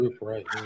Right